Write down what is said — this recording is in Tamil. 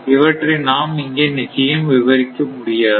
இவற்றை நாம் இங்கே நிச்சயம் விவரிக்க முடியாது